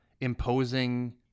imposing